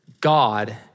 God